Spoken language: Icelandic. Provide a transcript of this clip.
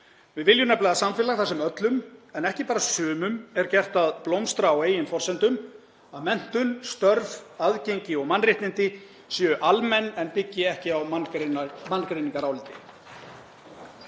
Við viljum nefnilega samfélag þar sem öllum en ekki bara sumum er gert kleift að blómstra á eigin forsendum, að menntun, störf, aðgengi og mannréttindi séu almenn en byggi ekki á manngreinaráliti.